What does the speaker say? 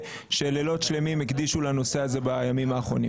שלילות שלמים הקדישו לנושא הזה בימים האחרונים.